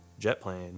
Jetplane